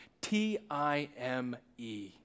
T-I-M-E